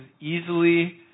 easily